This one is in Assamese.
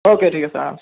অ'কে ঠিক আছে অঁ